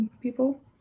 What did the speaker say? people